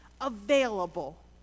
available